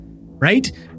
right